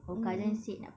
mmhmm